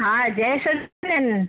हा जय सच्चिदानंद